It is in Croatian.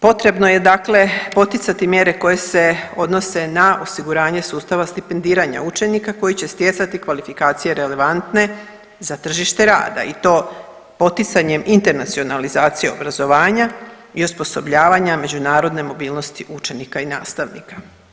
Potrebno je dakle poticati mjere koje se odnose na osiguranje sustava stipendiranja učenika koji će stjecati kvalifikacije relevantne za tržište rada i to poticanjem internacionalizacije obrazovanja i osposobljavanja međunarodne mobilnosti učenika i nastavnika.